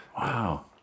Wow